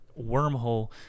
wormhole